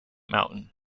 mountain